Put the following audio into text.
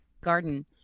garden